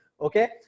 Okay